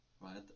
right